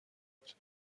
بود